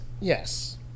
yes